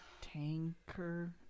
tanker